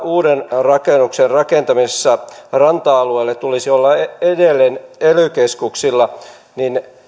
uuden rakennuksen rakentamisessa ranta alueelle tulisi olla edelleen ely keskuksilla